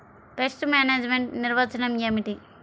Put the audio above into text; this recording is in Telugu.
పెస్ట్ మేనేజ్మెంట్ నిర్వచనం ఏమిటి?